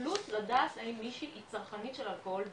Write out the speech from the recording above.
מהסתכלות לדעת האם מישהי היא צרכנית של אלכוהול בלבד.